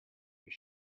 you